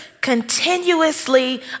continuously